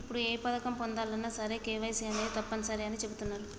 ఇప్పుడు ఏ పథకం పొందాలన్నా సరే కేవైసీ అనేది తప్పనిసరి అని చెబుతున్నరు